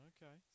Okay